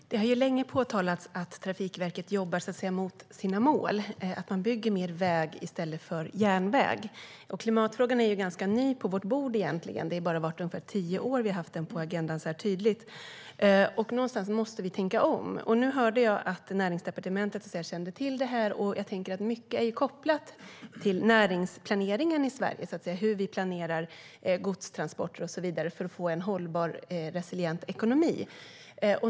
Fru talman! Det har länge påtalats att Trafikverket jobbar så att säga emot sina mål - att man bygger mer väg än järnväg. Klimatfrågan är egentligen ganska ny på vårt bord - det är bara i ungefär tio år vi har haft den på agendan så här tydligt. Någonstans måste vi tänka om. Nu hörde jag att Näringsdepartementet kände till det här. Jag tänker att mycket är kopplat till näringsplaneringen i Sverige, hur vi planerar godstransporter och så vidare för att få en hållbar och resilient ekonomi.